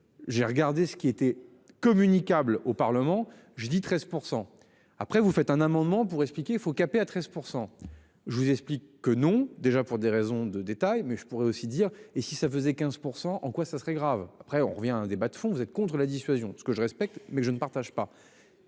J'ai regardé ce qui était communicables au Parlement, j'ai dit 13% après vous faites un amendement pour expliquer faut capé à 13% je vous explique que non, déjà pour des raisons de détail mais je pourrais aussi dire et si ça faisait 15%. En quoi ça serait grave après on revient à un débat de fond, vous êtes contre la dissuasion. Ce que je respecte mais je ne partage pas.